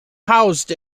housed